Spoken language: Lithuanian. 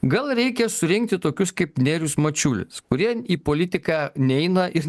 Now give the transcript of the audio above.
gal reikia surinkti tokius kaip nerijus mačiulis kurie į politiką neina ir